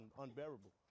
unbearable